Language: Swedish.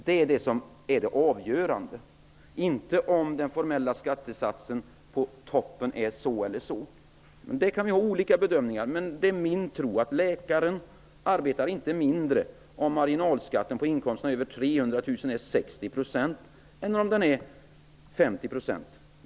Det är det som är det avgörande, inte om den formella skattesatsen på toppen är si eller så stor. Om det kan vi göra olika bedömningar. Men det är min tro att läkaren inte arbetar mindre om marginalskatten på inkomsterna över 300 000 kr är 60 % än om den är 50 %.